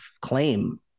claim